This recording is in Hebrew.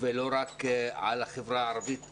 ולא רק על חברה ערבית מסוימת.